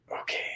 okay